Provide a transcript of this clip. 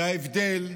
היא ההבדל בינינו,